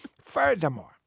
furthermore